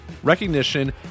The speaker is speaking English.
Recognition